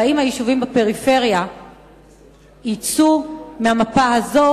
והאם היישובים בפריפריה יוצאו מהמפה הזאת